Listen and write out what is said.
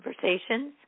conversations